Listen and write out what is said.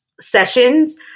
sessions